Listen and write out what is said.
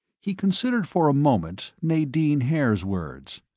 he considered for a moment, nadine haer's words.